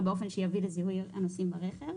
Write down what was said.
באופן שיביא לזיהוי הנוסעים ברכב.